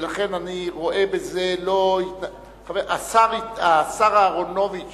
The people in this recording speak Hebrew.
לכן אני רואה בזה, השר אהרונוביץ